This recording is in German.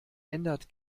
ändert